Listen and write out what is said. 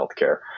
healthcare